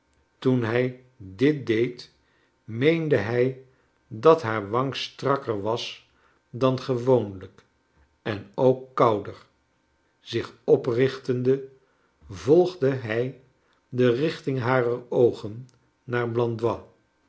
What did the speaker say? toen hij dit deed meende hij dat haar wang strakker was dan gewoonlijk en ook kouder zich oprichtende volgde hij de richting harer oogen naar blandois